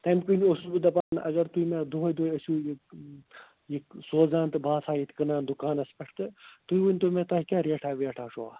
تَمہِ موجوٗب اوسُس بہٕ دَپان اگر تُہۍ مےٚ دۄہے دۄہے ٲسِو یہِ سوزان تہٕ بہٕ آسہٕ ہا ییٚتہِ کٕنان دُکانَس پٮ۪ٹھ تہٕ تُہۍ ؤنۍتو مےٚ تۄہہِ کیٛاہ ریٹھاہ ویٹھاہ چھَو اَتھ